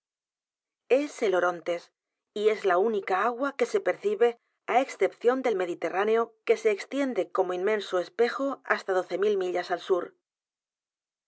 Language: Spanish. es el orontes y es la única agua que se percibe á excepción del mediterráneo que se extiende como inmenso espejohasta doce millas al sur